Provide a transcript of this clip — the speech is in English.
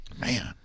Man